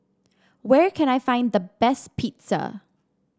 where can I find the best Pizza